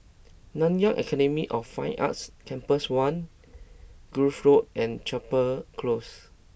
Nanyang Academy of Fine Arts Campus One Grove Road and Chapel Close